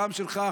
גם שלך,